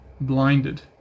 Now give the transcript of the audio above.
blinded